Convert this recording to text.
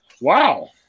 Wow